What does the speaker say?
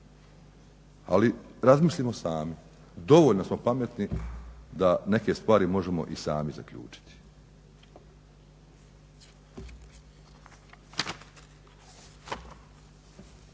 ali razmislimo sami, dovoljno smo pametni da neke stvari možemo i sami zaključiti.